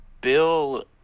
Bill